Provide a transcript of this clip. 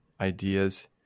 ideas